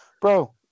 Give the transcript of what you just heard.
Bro